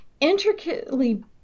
intricately